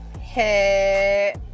Hey